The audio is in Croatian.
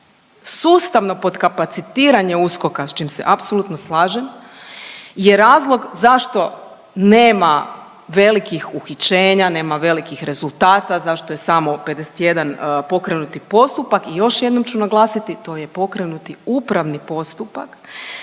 sustavno potkapacitiranje USKOK-a sa čim se apsolutno slažem je razlog zašto nema velikih uhićenja, nema velikih rezultata, zašto je samo 51 pokrenuti postupak. I još jednom ću naglasiti to je pokrenuti upravni postupak.